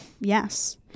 Yes